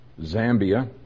Zambia